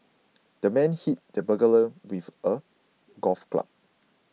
the man hit the burglar with a golf club